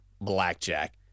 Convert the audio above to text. blackjack